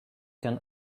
can